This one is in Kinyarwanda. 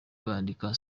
bandika